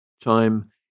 Time